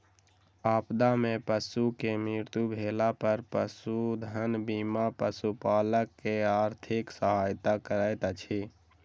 आपदा में पशु के मृत्यु भेला पर पशुधन बीमा पशुपालक के आर्थिक सहायता करैत अछि